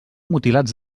mutilats